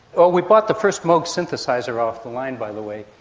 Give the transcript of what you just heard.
ah we bought the first moog synthesiser off the line, by the way.